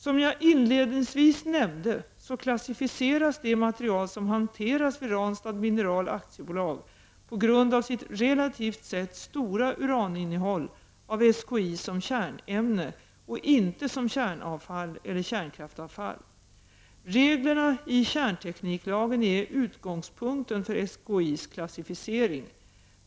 Som jag inledningsvis nämnde så klassificeras det material som hanteras vid Ranstad Mineral AB på grund av sitt relativt sett stora uraninnehåll av SKI som kärnämne och inte som kärnavfall eller kärnkraftavfall. Reglerna i kärntekniklagen är utgångspunkten för SKI:s klassificering.